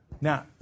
Now